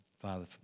Father